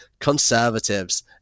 conservatives